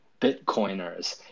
bitcoiners